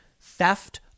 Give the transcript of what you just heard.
Theft